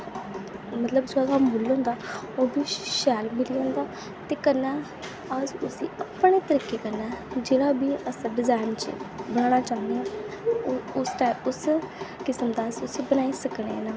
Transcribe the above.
मतलब जेह्ड़ा असेंगी शैल मिली जंदा ते कन्नै अस उस्सी अपने तरीके कन्नै जेह्ड़ा बी अस डिजाइन च बनाना चाह्न्ने आं उस्सेै टाइप किस्म दा अस उस्सी बनाई सकने आं